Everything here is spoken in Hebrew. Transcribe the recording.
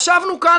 ישבנו כאן,